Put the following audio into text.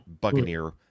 Buccaneer